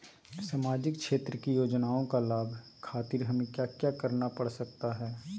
सामाजिक क्षेत्र की योजनाओं का लाभ खातिर हमें क्या क्या करना पड़ सकता है?